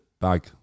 bag